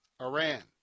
Iran